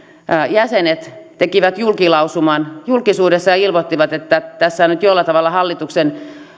jäsenet tekivät julkilausuman julkisuudessa ja ilmoittivat että tässä on nyt jollain tavalla hallituksen